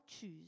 choose